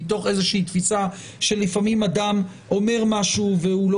מתוך תפיסה שלפעמים אדם אומר משהו והוא לא